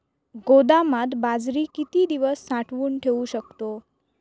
गोदामात बाजरी किती दिवस साठवून ठेवू शकतो?